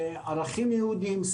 ערכים יהודים,